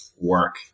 work